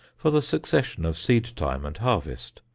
for the succession of seed-time and harvest,